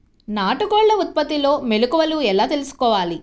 నాటుకోళ్ల ఉత్పత్తిలో మెలుకువలు ఎలా తెలుసుకోవాలి?